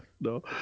no